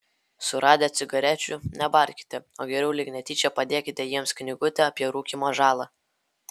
suradę cigarečių nebarkite o geriau lyg netyčia padėkite jiems knygutę apie rūkymo žalą